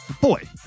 Boy